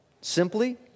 Simply